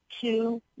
two